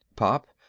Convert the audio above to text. pop,